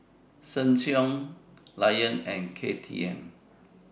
Sheng Siong Lion and KTM